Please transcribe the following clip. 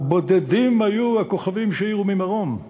ובודדים היו הכוכבים שהאירו ממרום,